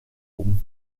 oben